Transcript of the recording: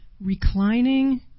Reclining